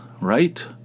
right